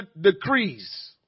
decrees